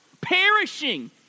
perishing